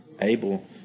able